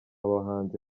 bahanzi